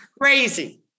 Crazy